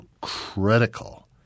critical